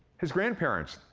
his grandparents.